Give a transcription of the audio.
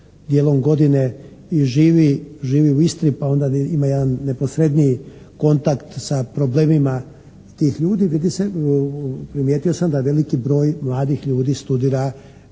i živi u Istri pa onda ima jedan neposredniji kontakt sa problemima tih ljudi, vidi se, primijetio sam da veliki broj mladih ljudi studira